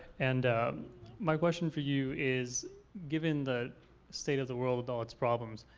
and my question for you is given the state of the world and all its problems,